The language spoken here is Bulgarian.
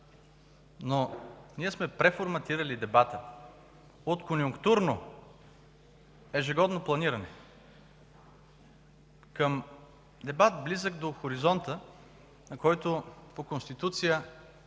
обаче сме преформатирали дебата от конюнктурно, ежегодно планиране към дебат, близък до хоризонта, до който по Конституция